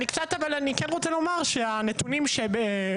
אני כן רוצה אבל לומר שהנתונים שאורן